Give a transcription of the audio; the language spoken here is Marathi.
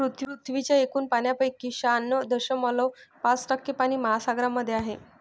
पृथ्वीच्या एकूण पाण्यापैकी शहाण्णव दशमलव पाच टक्के पाणी महासागरांमध्ये आहे